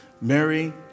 Mary